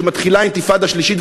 שמתחילה אינתיפאדה שלישית,